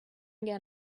get